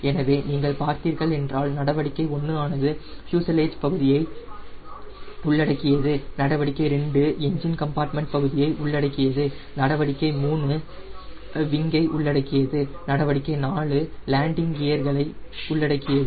எனவே நீங்கள் பார்த்தீர்கள் என்றால் நடவடிக்கை 1 ஆனது ப்யூஸலேஜ் பகுதியை உள்ளடக்கியது நடவடிக்கை 2 எஞ்சின் கம்பார்ட்மென்ட் பகுதியை உள்ளடக்கியது நடவடிக்கை 3 விங்கை உள்ளடக்கியது நடவடிக்கை 4 லேண்டிங் கியர் ஐ உள்ளடக்கியது